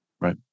Right